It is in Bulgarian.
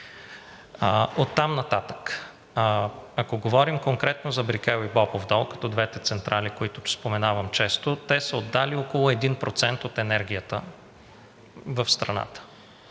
Оттам нататък, ако говорим конкретно за „Брикел“ и „Бобов дол“ като двете централи, които споменавам често, те са отдали около 1% от енергията в страната